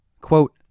Quote